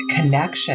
connection